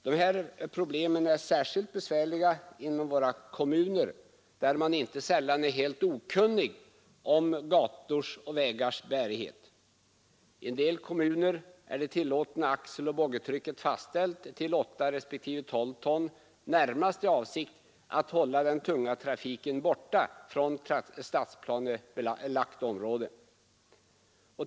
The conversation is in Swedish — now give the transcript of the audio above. De här problemen är särskilt besvärliga inom våra kommuner, där man inte sällan är helt okunnig om gators och vägars bärighet. I en del kommuner är det tillåtna axeloch boggitrycket fastställt till 8 respektive 12 ton närmast i avsikt att hålla den tunga trafiken borta från stadsplanelagt område.